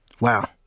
Wow